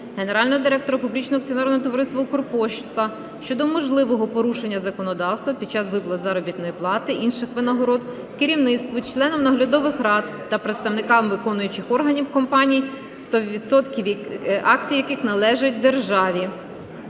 Генерального директора Публічного акціонерного товариства "Укрпошта" щодо можливого порушення законодавства під час виплат заробітної плати (інших винагород) керівництву, членам наглядових рад та представникам виконавчих органів компаній, сто відсотків акцій яких належать державі.